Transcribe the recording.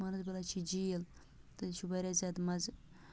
مانَسبَلا چھِ جھیل تہٕ یہِ چھُ واریاہ زیادٕ مَزٕ